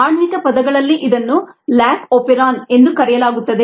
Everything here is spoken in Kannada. ಆಣ್ವಿಕ ಪದ ಗಳಲ್ಲಿ ಇದನ್ನು ಲ್ಯಾಕ್ ಒಪೆರಾನ್ ಎಂದು ಕರೆಯಲಾಗುತ್ತದೆ